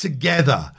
Together